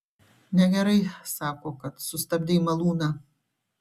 negerai sako kad sustabdei malūną